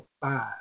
five